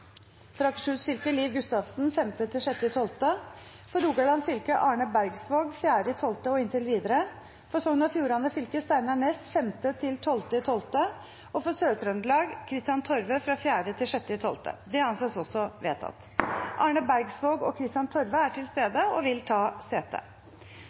For Vest-Agder fylke: Odd Omland 5.–6. desember For Akershus fylke: Liv Gustavsen 5.–6. desember For Rogaland fylke: Arne Bergsvåg 4. desember og inntil videre For Sogn og Fjordane fylke: Steinar Ness 5.–12. desember For Sør-Trøndelag: Kristian Torve 4.–6. desember – Det anses vedtatt. Arne Bergsvåg og Kristian Torve er til